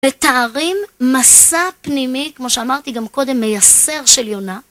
מתארים מסע פנימי, כמו שאמרתי גם קודם, מייסר של יונה.